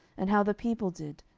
and how the people did,